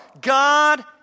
God